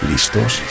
¿Listos